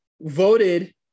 voted